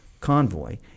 convoy